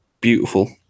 beautiful